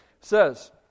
says